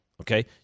okay